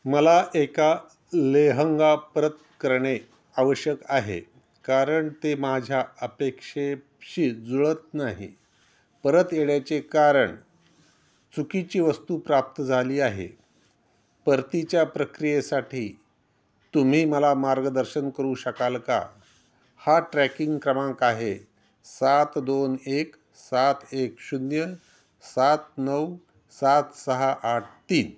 मला एका लेहंगा परत करणे आवश्यक आहे कारण ते माझ्या अपेक्षेशी जुळत नाही परत येण्याचे कारण चुकीची वस्तू प्राप्त झाली आहे परतीच्या प्रक्रियेसाठी तुम्ही मला मार्गदर्शन करू शकाल का हा ट्रॅकिंग क्रमांक आहे सात दोन एक सात एक शून्य सात नऊ सात सहा आठ तीन